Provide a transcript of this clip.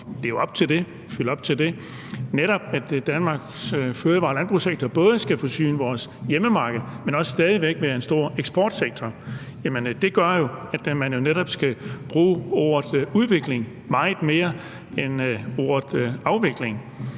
for at leve op til det, nemlig at Danmarks fødevare- og landbrugssektor både skal forsyne vores hjemmemarked, men også stadig væk være en stor eksportsektor, gør jo, at man netop skal bruge ordet udvikling meget mere end ordet afvikling.